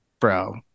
Bro